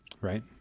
Right